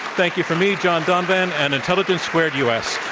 thank you from me, john donvan, and intelligence squared u. s.